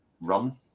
run